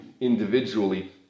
individually